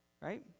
right